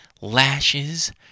lashes